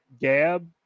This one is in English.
Gab